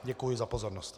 Děkuji za pozornost.